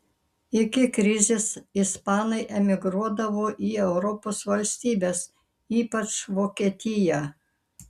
iki krizės ispanai emigruodavo į europos valstybes ypač vokietiją